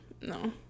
no